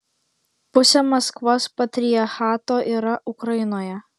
pusė maskvos patriarchato yra ukrainoje